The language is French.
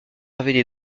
avaient